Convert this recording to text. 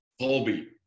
Colby